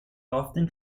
often